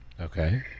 okay